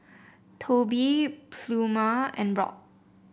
Tobie Pluma and Rock